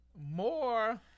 more